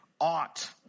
ought